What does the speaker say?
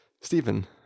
Stephen